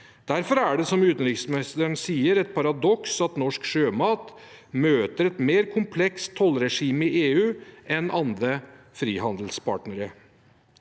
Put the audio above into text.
Derfor er det, som utenriksministeren sier, et paradoks at norsk sjømat møter et mer komplekst tollregime i EU enn andre frihandelspartnere.